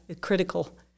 critical